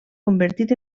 convertit